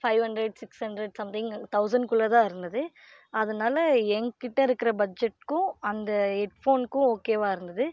five hundred six hundred something thousand குள்ளே தான் இருந்தது அதனால் என்கிட்ட இருக்கிற பட்ஜட்டுக்கும் அந்த ஹெட்போனுக்கும் ஓகேவாக இருந்தது